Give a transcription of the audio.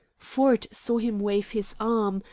ford saw him wave his arm,